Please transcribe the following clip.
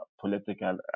political